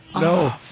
No